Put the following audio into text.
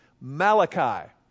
Malachi